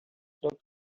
took